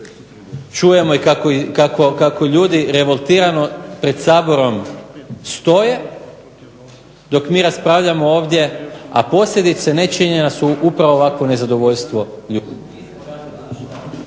čujemo kako ljudi revoltirano pred Saborom stoje dok mi raspravljamo ovdje, a posljedice nečinjena su upravo ovakvo nezadovoljstvo.